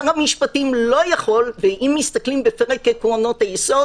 שר המשפטים לא יכול ואם מסתכלים בפרק עקרונות היסוד,